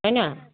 তাই না